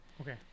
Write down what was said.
Okay